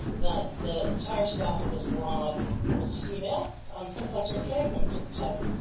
the entire staff of this lab was female, and some of us were pregnant at the time.